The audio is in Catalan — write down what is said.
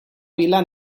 vila